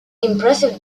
impressive